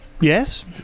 Yes